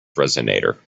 resonator